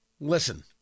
Listen